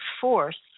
force